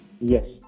Yes